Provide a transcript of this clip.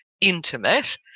intimate